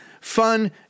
fun